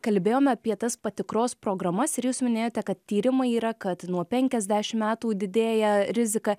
kalbėjome apie tas patikros programas ir jūs minėjote kad tyrimai yra kad nuo penkiasdešimt metų didėja rizika